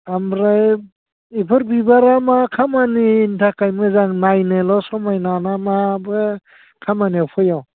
ओमफ्राय बेफोर बिबारा मा खामानिनि थाखाय मोजां नायनोल' समायना ना माबा खामानियाव फैयो